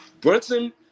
Brunson